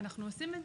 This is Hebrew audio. זה